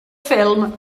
ffilm